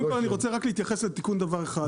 קודם כל אני רוצה רק להתייחס לתיקון דבר אחד.